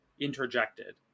interjected